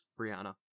Brianna